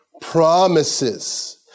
Promises